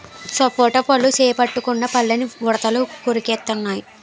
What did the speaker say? సపోటా పళ్ళు చెట్టుకున్న పళ్ళని ఉడతలు కొరికెత్తెన్నయి